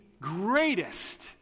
greatest